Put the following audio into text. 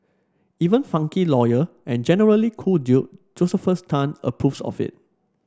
even funky lawyer and generally cool dude Josephus Tan approves of it